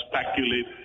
speculate